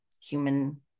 human